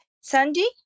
sandy